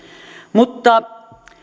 mutta